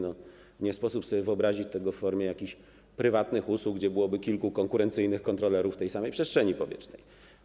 Nie sposób sobie wyobrazić tego w formie jakichś prywatnych usług, gdzie byłoby kilku konkurencyjnych kontrolerów w tej samej przestrzeni powietrznej.